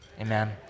amen